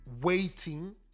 waiting